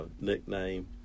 nickname